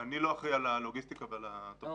אני לא אחראי על הלוגיסטיקה ועל התכניות,